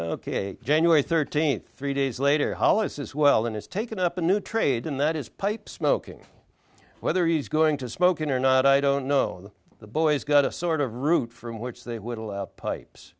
ok january thirteenth three days later hollis is well and has taken up a new trade in that his pipe smoking whether he's going to smoking or not i don't know the boys got a sort of route from which they would allow pipes